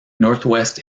northwest